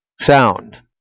Sound